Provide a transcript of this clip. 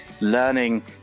learning